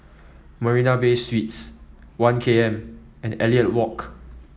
Marina Bay Suites One K M and Elliot Walk